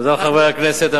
תודה לחברי הכנסת.